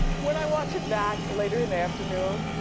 when i watch it back later in the afternoon,